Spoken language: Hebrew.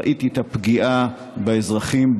ראיתי את הפגיעה באזרחים,